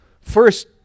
first